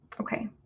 okay